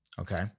okay